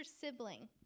sibling